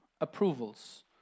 approvals